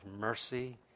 mercy